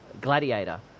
Gladiator